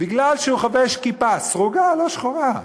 בגלל שהוא חובש כיפה, סרוגה, לא שחורה,